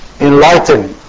enlighten